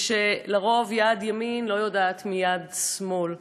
זה שעל-פי רוב יד ימין לא יודעת מיד שמאל.